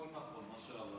הכול נכון, מה שאמר יריב.